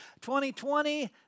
2020